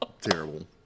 Terrible